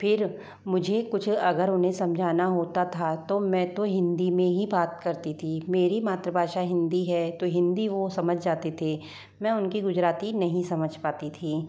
फिर मुझे कुछ अगर उन्हें समझाना होता था तो मैं तो हिंदी में ही बात करती थी मेरी मातृभाषा हिंदी है तो हिंदी वो समझ जाते थे मैं उनकी गुजराती नहीं समझ पाती थीं